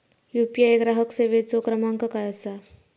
UPI ग्राहक सेवेचो क्रमांक काय असा?